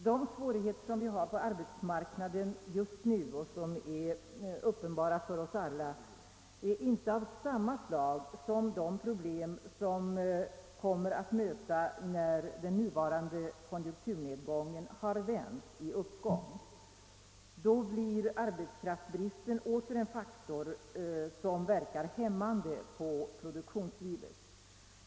De svårigheter som vi just nu har på arbetsmarknaden och som torde vara uppenbara för oss alla är inte av samma slag som de problem vi kommer att möta när den nuvarande konjunkturnedgången har vänt i uppgång. Då blir arbetskraftsbristen åter en faktor som verkar hämmande på produktionslivet.